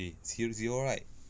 already still zero right